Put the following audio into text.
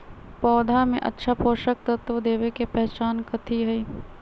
पौधा में अच्छा पोषक तत्व देवे के पहचान कथी हई?